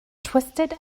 twisted